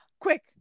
quick